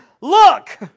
look